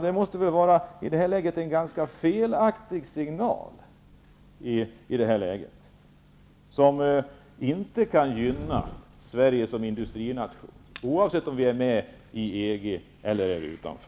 Det måste i det här läget utgöra en felaktig signal som inte kan gynna Sverige som industrination -- oavsett om Sverige är med i EG eller står utanför.